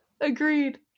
Agreed